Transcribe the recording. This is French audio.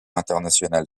international